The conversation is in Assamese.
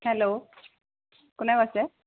হেল্ল' কোনে কৈছে